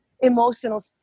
emotional